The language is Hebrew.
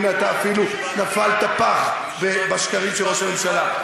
הנה, אתה אפילו נפלת בפח השקרים של ראש הממשלה.